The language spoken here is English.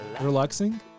relaxing